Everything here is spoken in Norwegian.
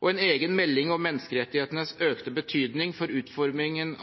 og en egen melding om menneskerettighetenes økte betydning for utformingen